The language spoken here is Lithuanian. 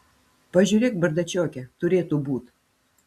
pažiūrėk bardačioke turėtų būt